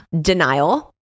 denial